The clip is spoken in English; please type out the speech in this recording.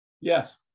Yes